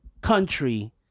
Country